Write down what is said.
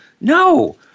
No